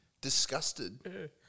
Disgusted